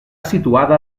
situada